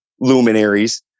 luminaries